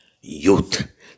youth